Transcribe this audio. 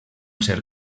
ser